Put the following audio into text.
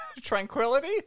tranquility